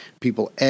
People